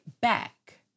back